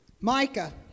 Micah